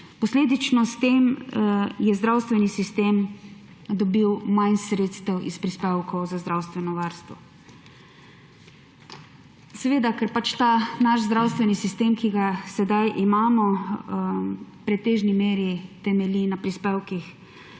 Posledično s tem je zdravstveni sistem dobil manj sredstev iz prispevkov za zdravstveno varstvo, ker pač ta naš zdravstveni sistem, ki ga sedaj imamo, v pretežni meri temelji na prispevkih,